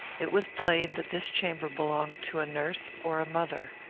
it was plain that this chamber belonged to a nurse or a mother.